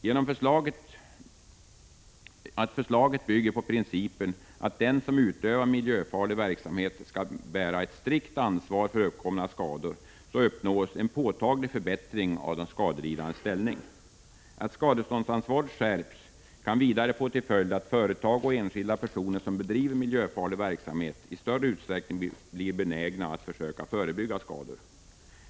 Genom att förslaget bygger på principen att den som utövar miljöfarlig verksamhet skall bära ett strikt ansvar för uppkomna skador uppnås en påtaglig förbättring av den skadelidandes ställning. Att skadeståndsansvaret skärps kan vidare få till följd att företag och enskilda personer som bedriver miljöfarlig verksamhet i större utsträckning blir benägna att försöka förebygga skador.